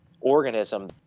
organism